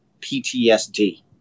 PTSD